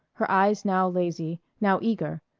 her eyes now lazy, now eager,